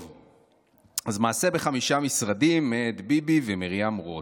טוב, אז "מעשה בחמישה משרדים" מאת ביבי ומרים רות: